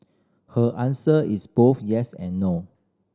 her answer is both yes and no